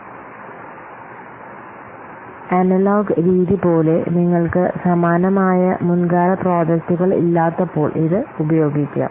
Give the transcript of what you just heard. ഞാൻ നിങ്ങളോട് പറഞ്ഞിട്ടുള്ള അനലോഗ് രീതി പോലെ നിങ്ങൾക്ക് സമാനമായ മുൻകാല പ്രോജക്റ്റുകൾ ഇല്ലാത്തപ്പോൾ ഇത് ഉപയോഗിക്കാം